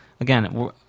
again